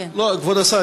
כבוד השר,